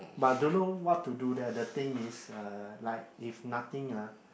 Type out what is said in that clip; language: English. but don't know what to do there the thing is uh like if nothing ah